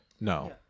No